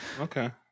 Okay